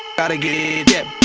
gotta get